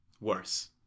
worse